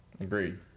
Agreed